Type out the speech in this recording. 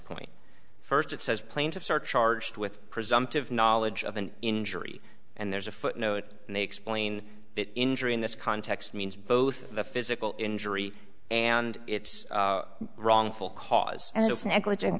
point first it says plaintiffs are charged with presumptive knowledge of an injury and there's a footnote and they explain that injury in this context means both the physical injury and its wrongful cause